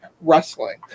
wrestling